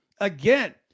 Again